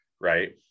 right